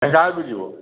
ଢେଙ୍କାନାଳ କୁ ଯିବୁ